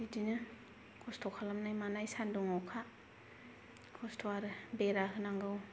बिदिनो खस्त' खालामनाय मानाय सानदुं अखा खस्त' आरो बेरा होनांगौ